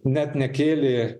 net nekėlė